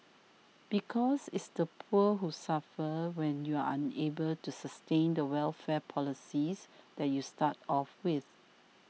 because it's the poor who suffer when you're unable to sustain the welfare policies that you start off with